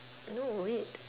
no wait